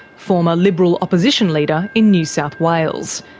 former liberal opposition leader in new south wales.